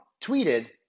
tweeted